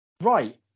right